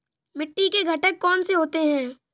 मिट्टी के घटक कौन से होते हैं?